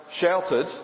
shouted